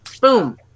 boom